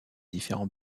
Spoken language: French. différents